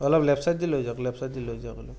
অলপ left side দি লৈ যাওঁক লেফ চাইড দি লৈ যাওঁক অলপ